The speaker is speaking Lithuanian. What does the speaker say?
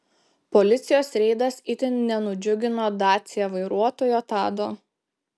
policijos reidas itin nenudžiugino dacia vairuotojo tado